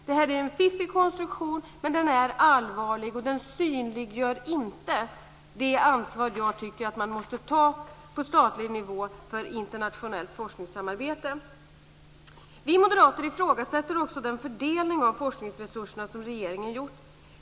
Det är en fiffig konstruktion, men det är allvarligt att den inte synliggör det ansvar jag tycker att man måste ta på statlig nivå för internationellt forskningssamarbete. Vi moderater ifrågasätter också den fördelning av forskningsresurserna som regeringen gjort.